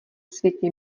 světě